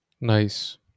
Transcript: Nice